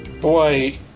boy